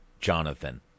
Jonathan